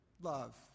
love